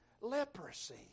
leprosy